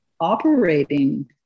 operating